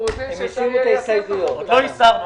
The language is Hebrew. אני חשבתי שאם יש קופסה גם ב-21', כמו שהילה אמרה,